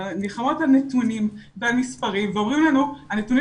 מלחמות על נתונים ועל מספרים ואומרים לנו שהנתונים